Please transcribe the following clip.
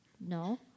No